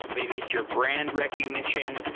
maybe it's your brand recognition.